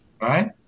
Right